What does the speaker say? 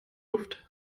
luft